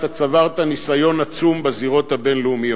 אתה צברת ניסיון עצום בזירות הבין-לאומיות,